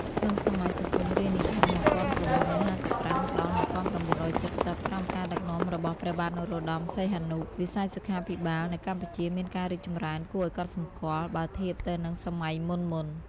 ក្នុងសម័យសង្គមរាស្រ្តនិយម ១៩៥៥-១៩៧០ ក្រោមការដឹកនាំរបស់ព្រះបាទនរោត្តម សីហនុ វិស័យសុខាភិបាលនៅកម្ពុជាមានការរីកចម្រើនគួរឱ្យកត់សម្គាល់ បើធៀបទៅនឹងសម័យមុនៗ។